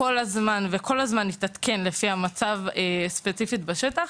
הזמן יתעדכן בהתאם למצב בשטח,